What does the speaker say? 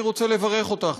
אני רוצה לברך אותך,